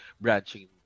branching